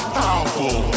powerful